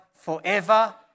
forever